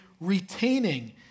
retaining